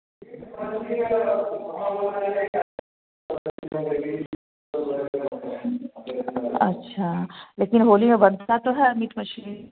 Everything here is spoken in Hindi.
अच्छा लेकिन होली में तो बनता तो है मीट मछली